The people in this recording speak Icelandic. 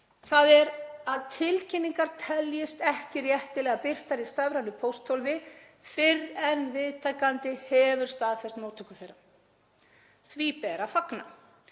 þ.e. að tilkynningar teljist ekki réttilega birtar í stafrænu pósthólfi fyrr en viðtakandi hefur staðfest móttöku þeirra. Því ber að fagna